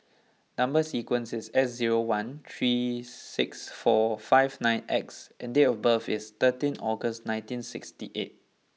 number sequence is S zero one three six four five nine X and date of birth is thirteen August nineteen sixty eight